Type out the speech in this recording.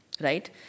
right